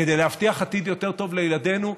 כדי להבטיח עתיד יותר טוב לילדינו,